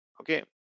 okay